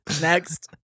Next